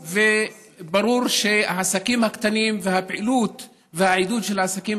וברור שהעסקים הקטנים והפעילות והעידוד של העסקים